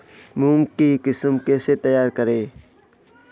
मूंग की किस्म कैसे तैयार करें?